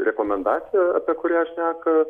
rekomendaciją apie kurią šneka